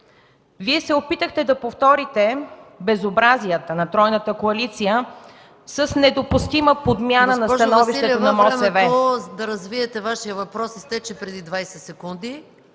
Вие се опитахте да повторите безобразията на тройната коалиция с недопустима подмяна на становището на МОСВ.